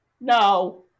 No